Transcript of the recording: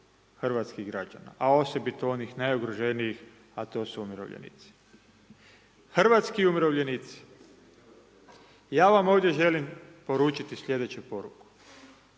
hrvatskih građana a osobito onih najugroženijih a to su umirovljenici. Hrvatski umirovljenici, ja vam ovdje želim poručiti sljedeću poruku,